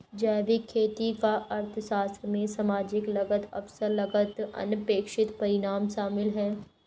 जैविक खेती का अर्थशास्त्र में सामाजिक लागत अवसर लागत अनपेक्षित परिणाम शामिल है